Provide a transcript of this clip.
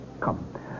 Come